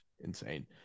insane